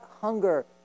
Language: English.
hunger